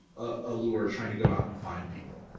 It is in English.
ah lure trying to go out and find people.